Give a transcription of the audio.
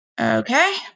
Okay